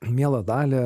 miela dalia